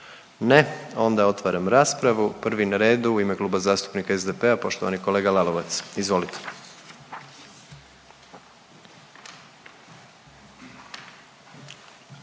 Ne. Onda otvaram raspravu. Prvi na redu u ime Kluba zastupnika SDP-a, poštovani kolega Lalovac, izvolite.